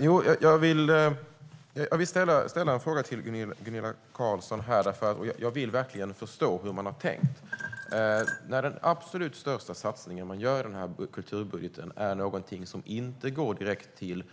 Herr talman! Jag vill ställa en fråga till Gunilla Carlsson. Jag vill verkligen förstå hur man har tänkt. Den absolut största satsningen man gör i kulturbudgeten är något som inte går direkt till